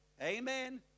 Amen